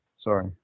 Sorry